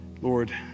Lord